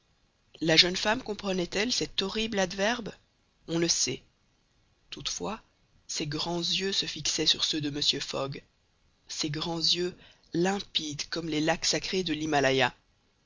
la jeune femme comprenait elle cet horrible adverbe on ne sait toutefois ses grands yeux se fixaient sur ceux de mr fogg ses grands yeux limpides comme les lacs sacrés de l'himalaya